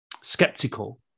skeptical